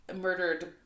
murdered